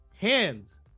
hands